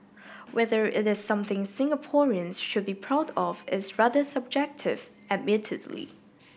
whether it is something Singaporeans should be proud of is rather subjective admittedly